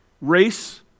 race